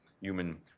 human